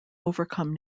overcome